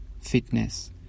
fitness